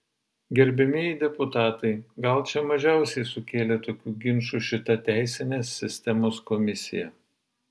gerbiamieji deputatai gal čia mažiausiai sukėlė tokių ginčų šita teisinės sistemos komisija